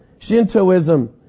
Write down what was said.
Shintoism